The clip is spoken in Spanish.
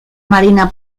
marina